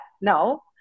No